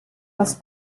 les